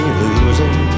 losing